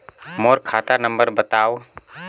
मोर खाता नम्बर बताव?